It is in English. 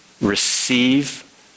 receive